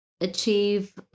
achieve